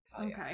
Okay